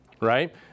right